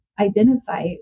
identify